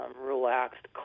relaxed